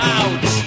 out